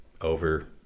over